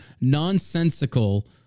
nonsensical